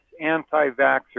anti-vaxxers